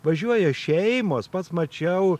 važiuoja šeimos pats mačiau